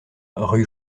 rue